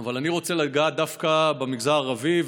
אבל אני רוצה לגעת דווקא במגזר הערבי,